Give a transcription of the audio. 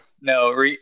No